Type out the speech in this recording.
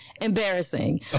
embarrassing